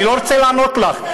אני לא רוצה לענות לך,